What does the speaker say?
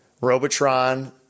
Robotron